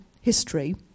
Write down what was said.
history